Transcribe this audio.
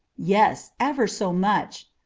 yes, ever so much.